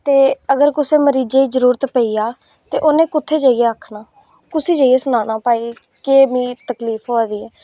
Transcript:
ते अगर कुसै मरीजै गी जरूरत पेई जा ते उन्नै कुत्थै जाइयै आखना ते कुसी जाइयै सनाना केह् मिगी तकलीफ होआ दी ऐ